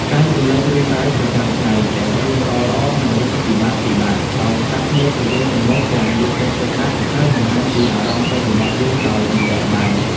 ចែករំលែករឿងរ៉ាវប្រចាំថ្ងៃ ទាំងរឿងល្អៗ និងរឿងពិបាកៗ ដោយស្តាប់គ្នាទៅវិញទៅមកទាំងយកចិត្តទុកដាក់ ហើយបង្ហាញពីអារម្មណ៍ពិតរបស់យើងដោយមិនលាក់បាំង។